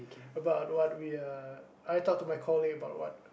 about what we are I talk to my colleague about what